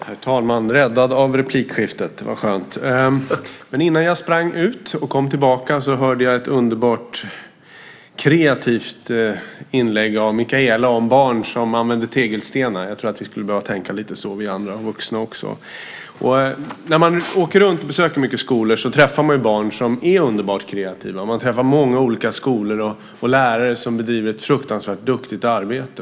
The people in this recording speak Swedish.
Herr talman! Jag blev räddad av replikskiftet. Det var skönt. Innan jag sprang ut ur kammaren och kom tillbaka hit hörde jag Mikaelas underbart kreativa inlägg om barn som använder tegelstenar. Jag tror att vi vuxna också lite grann skulle behöva tänka så. När jag åker runt och besöker många skolor träffar jag barn som är underbart kreativa. Jag ser många olika skolor och träffar duktiga lärare som bedriver ett fruktansvärt bra arbete.